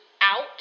out